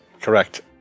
correct